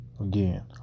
Again